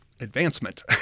advancement